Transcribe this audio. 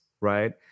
right